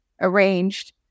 arranged